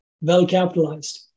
well-capitalized